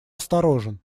осторожен